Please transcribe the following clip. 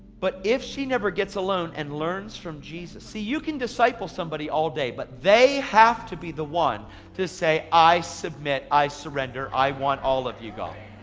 but if she never gets alone and learns from jesus. see, you can disciple somebody all day but they have to be the one to say, i submit, i surrender, i want all of you god.